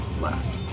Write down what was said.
last